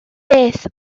beth